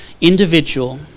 individual